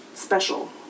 special